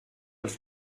els